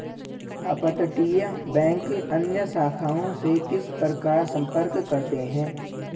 अपतटीय बैंक अन्य शाखाओं से किस प्रकार संपर्क करते हैं?